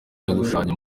n’igishushanyo